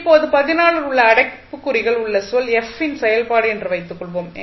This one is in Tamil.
இப்போது இல் உள்ள அடைப்புக்குறிக்குள் உள்ள சொல் f இன் செயல்பாடு என்று வைத்துக் கொள்வோம்